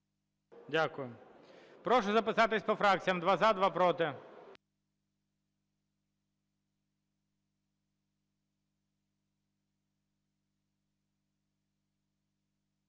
Дякую. Прошу записатись по фракціям: два - за, два - проти.